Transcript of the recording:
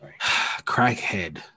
crackhead